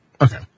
Okay